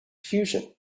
fusion